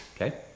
okay